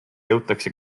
jõutakse